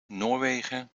noorwegen